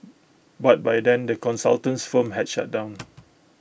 but by then the consultant's firm had shut down